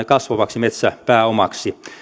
kasvavaksi metsäpääomaksi